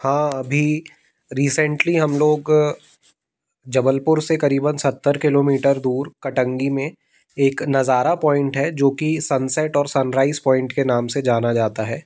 हाँ अभी रिसेंटली हम लोग जबलपुर से करीबन सत्तर किलोंमीटर दूर कटंगी में एक नज़ारा पॉइंट है जो की सनसेट और सनराइज पॉइंट के नाम से जाना जाता है